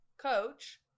coach